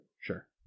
Sure